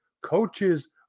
coaches